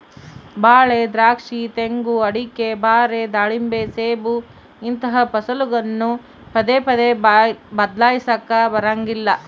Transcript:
ಬಾಳೆ, ದ್ರಾಕ್ಷಿ, ತೆಂಗು, ಅಡಿಕೆ, ಬಾರೆ, ದಾಳಿಂಬೆ, ಸೇಬು ಇಂತಹ ಫಸಲನ್ನು ಪದೇ ಪದೇ ಬದ್ಲಾಯಿಸಲಾಕ ಬರಂಗಿಲ್ಲ